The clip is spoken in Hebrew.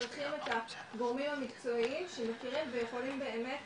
צריכים את הגורמים המקצועיים שמכירים ויכולים באמת